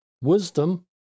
wisdom